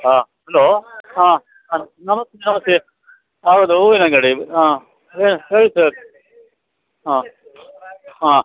ಹಾಂ ಹಲೋ ಹಾಂ ಹಾಂ ನಮಸ್ತೆ ನಮಸ್ತೆ ಹೌದು ಹೂವಿನಂಗಡಿ ಹಾಂ ಹೇಳಿ ಸರ್ ಹಾಂ ಹಾಂ